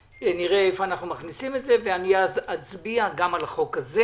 נראה איפה אנחנו מכניסים את זה ואני אצביע גם על החוק הזה